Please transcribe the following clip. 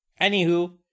Anywho